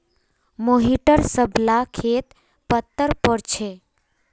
मोहिटर सब ला खेत पत्तर पोर छे